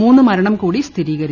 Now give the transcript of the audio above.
മൂന്ന് മരണം കൂടി സ്ഥിരീകരിച്ചു